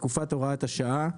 תקופה הוראה השעה),